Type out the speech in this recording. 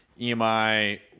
EMI